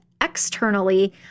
externally